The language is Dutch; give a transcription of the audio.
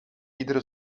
iedere